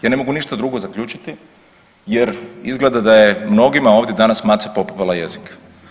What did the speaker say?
Ja ne mogu ništa drugo zaključiti jer izgleda da je mnogima ovdje danas maca popapala jezik.